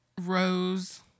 rose